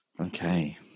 Okay